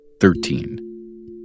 Thirteen